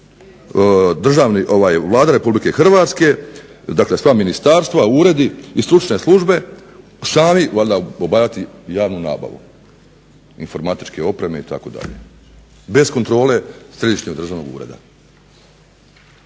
da će Vlada Republike Hrvatske, dakle sva ministarstva, uredi i stručne službe sami valjda obavljati javnu nabavu, informatičke opreme itd., bez kontrole Središnjeg državnog ureda.